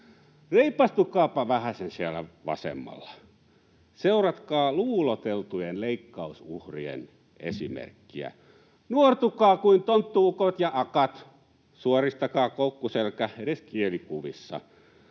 Reipastukaapa vähäsen siellä vasemmalla. Seuratkaa luuloteltujen leikkausuhrien esimerkkiä. Nuortukaa kuin tonttu-ukot ja ‑akat, suoristakaa koukkuselkä edes kielikuvissa.